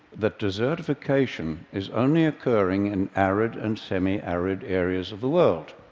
that desertification is only occurring in arid and semi-arid areas of the world,